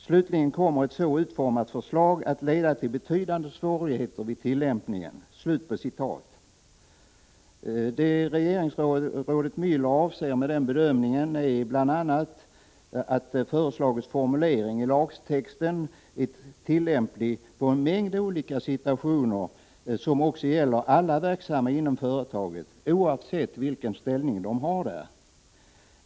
Slutligen kommer ett så utformat förslag att leda till betydande svårigheter vid tillämpningen.” Vad regeringsrådet Mueller avser med den bedömningen är bl.a. att den föreslagna formuleringen i lagtexten är tillämplig på en mängd olika situationer som också gäller alla verksamma inom företaget, oavsett vilken ställning de har där.